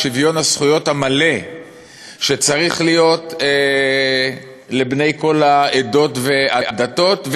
לשוויון הזכויות המלא שצריך להיות לבני כל העדות והדתות,